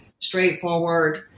straightforward